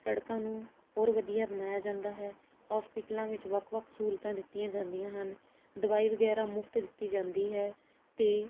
ਸੜਕਾਂ ਨੂੰ ਹੋਰ ਵਧੀਆ ਬਣਾਇਆ ਜਾਂਦਾ ਹੈ ਹੋਸਪਿਟਲਾਂ ਵਿੱਚ ਵੱਖ ਵੱਖ ਸਹੂਲਤਾਂ ਦਿੱਤੀਆਂ ਜਾਂਦੀਆਂ ਹਨ ਦਵਾਈ ਵਗੈਰਾ ਮੁਫਤ ਦਿੱਤੀ ਜਾਂਦੀ ਹੈ ਅਤੇ